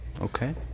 Okay